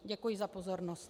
Děkuji za pozornost.